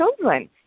children